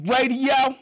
Radio